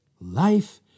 Life